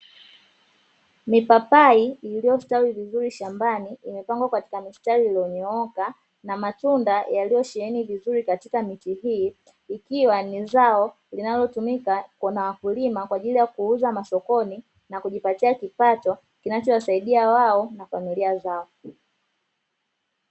Mipapai iliyostawi vizuri shambani imepangwa katika misitari iliyonyooka na matunda yaliyo sheheni vizuri katika miti hii, ikiwa ni zao linalotumika na wakulima kwa ajili ya kuuza masokoni na kujipatia kipato kinachowasaidia wao na familia zao.